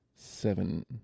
Seven